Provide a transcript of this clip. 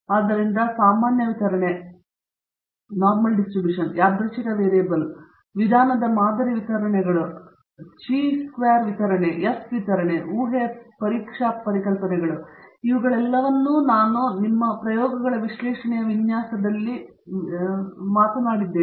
ಆದ್ದರಿಂದ ಸಾಮಾನ್ಯ ವಿತರಣೆ ಯಾದೃಚ್ಛಿಕ ವೇರಿಯಬಲ್ ವಿಧಾನದ ಮಾದರಿ ವಿತರಣೆಗಳು ಚಿ ಚೌಕ ವಿತರಣೆ ಎಫ್ ವಿತರಣೆ ಊಹೆಯ ಪರೀಕ್ಷಾ ಪರಿಕಲ್ಪನೆಗಳು ಇವುಗಳೆಲ್ಲವನ್ನೂ ನಾನು ನಿಮ್ಮ ಪ್ರಯೋಗಗಳ ವಿಶ್ಲೇಷಣೆಯ ವಿನ್ಯಾಸದಲ್ಲಿ ಮತ್ತು ನಂಬಿಕೆಯ ಬಗ್ಗೆ ಮಾತನಾಡುತ್ತಿದ್ದೇನೆ